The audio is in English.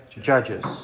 judges